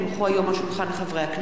כי הונחו היום על שולחן הכנסת,